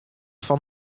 fan